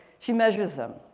she measures them.